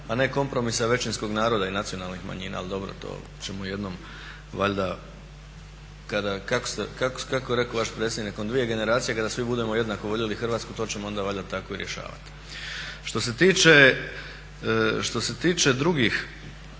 ne kompromisa većinskog naroda i nacionalnih manjina. Ali dobro to ćemo jednom valjda kada, kako je rekao vaš predsjednik, nakon dvije generacije kada svi budemo jednako voljeli Hrvatsku to ćemo onda valjda tako i rješavati. Što se tiče drugih